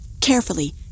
Carefully